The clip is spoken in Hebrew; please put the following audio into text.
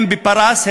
הן בפרס,